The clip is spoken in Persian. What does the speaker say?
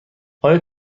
آیا